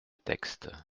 texte